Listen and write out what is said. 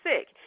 sick